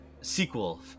sequel